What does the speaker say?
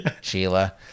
Sheila